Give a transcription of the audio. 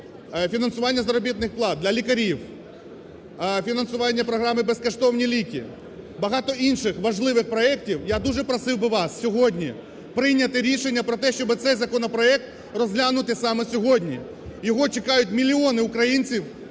фінансування заробітних плат для лікарів, фінансування програми "Безкоштовні ліки", багато інших важливих проектів. Я дуже просив би вас сьогодні прийняти рішення про те, щоб цей законопроект розглянути саме сьогодні, його чекають мільйони українців,